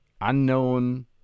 unknown